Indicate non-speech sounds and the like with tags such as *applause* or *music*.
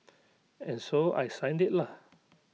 *noise* and so I signed IT lah